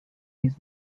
his